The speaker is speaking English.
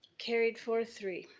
carried four three.